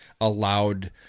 allowed